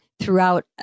throughout